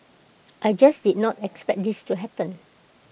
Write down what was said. I just did not expect this to happen